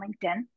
LinkedIn